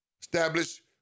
establish